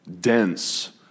dense